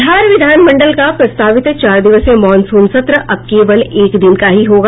बिहार विधानमंडल का प्रस्तावित चार दिवसीय मॉनसून सत्र अब केवल एक दिन का ही होगा